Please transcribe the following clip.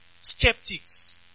Skeptics